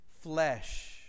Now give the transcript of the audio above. flesh